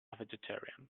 vegetarian